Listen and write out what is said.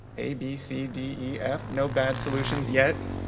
a, b, c, d, e, f? no bad solutions yet,